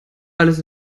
alles